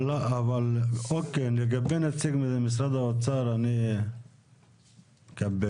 לגבי נציג משרד האוצר, אני מקבל.